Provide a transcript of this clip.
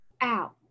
Out